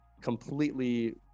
completely